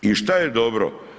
I što je dobro?